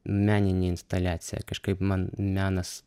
meninę instaliaciją kažkaip man menas